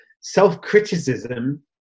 Self-criticism